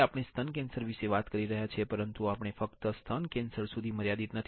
હવે આપણે સ્તન કેન્સર વિશે વાત કરી રહ્યા છીએ પરંતુ આપણે ફક્ત સ્તન કેન્સર સુધી મર્યાદિત નથી